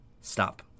stop